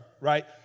right